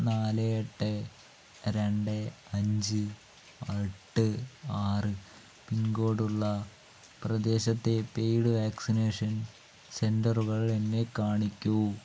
നാല് എട്ട് രണ്ട് അഞ്ച് എട്ട് ആറ് പിൻകോഡുള്ള പ്രദേശത്തെ പെയ്ഡ് വാക്സിനേഷൻ സെൻറ്ററുകൾ എന്നെ കാണിക്കൂ